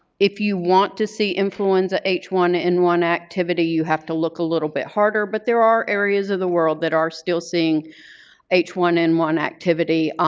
if you want to see influenza h one n one activity you have to look a little bit harder. but there are areas of the world that are still seeing h one n one activity.